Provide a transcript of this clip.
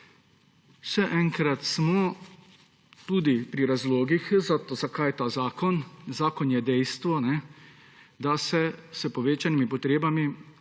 Še enkrat, smo tudi pri razlogih, zakaj ta zakon. Zakon je dejstvo, da se s povečanimi potrebami